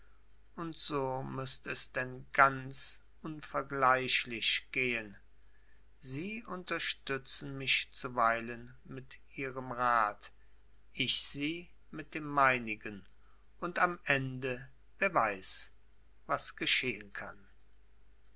und so müßt es denn ganz unvergleichlich gehen sie unterstützen mich zuweilen mit ihrem rat ich sie mit dem meinigen und am ende wer weiß was geschehen kann